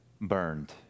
burned